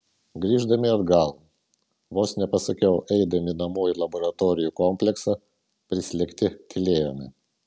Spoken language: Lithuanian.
grįždami atgal vos nepasakiau eidami namo į laboratorijų kompleksą prislėgti tylėjome